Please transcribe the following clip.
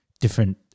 different